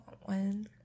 one